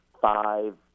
five